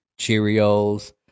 Cheerios